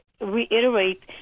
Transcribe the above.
reiterate